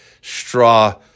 straw